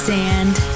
sand